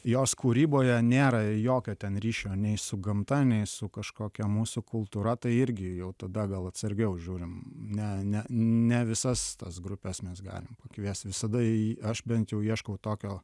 jos kūryboje nėra jokio ten ryšio nei su gamta nei su kažkokia mūsų kultūra tai irgi jau tada gal atsargiau žiūrim ne ne ne visas tas grupes mes galim pakviest visada aš bent jau ieškau tokio